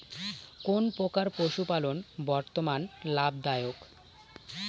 কোন প্রকার পশুপালন বর্তমান লাভ দায়ক?